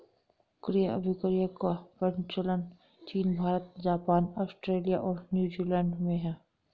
क्रय अभिक्रय का प्रचलन चीन भारत, जापान, आस्ट्रेलिया और न्यूजीलैंड में है